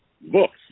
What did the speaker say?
books